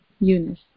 Eunice